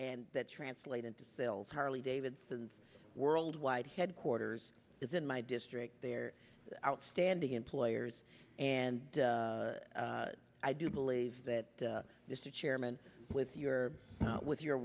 and that translate into sales harley davidsons worldwide headquarters is in my district they're outstanding employers and i do believe that mr chairman with your with your